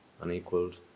unequaled